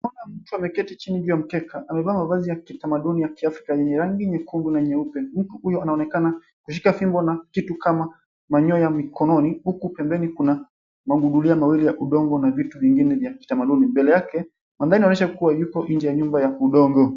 Ona mtu ameketi chini juu ya mkeka. Amevaa mavazi ya kitamaduni ya Kiafrika yenye rangi nyekundu na nyeupe. Mtu huyo anaonekana kushika fimbo na kitu kama manyoya mikononi huku pembeni kuna magudulia mawili ya udongo na vitu vingine vya kitamaduni. Mbele yake mandhari inaonyesha kuwa yuko nje ya nyumba ya udongo.